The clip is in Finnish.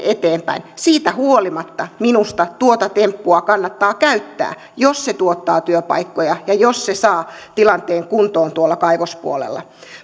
eteenpäin siitä huolimatta minusta tuota temppua kannattaa käyttää jos se tuottaa työpaikkoja ja jos se saa tilanteen kuntoon tuolla kaivospuolella